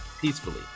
Peacefully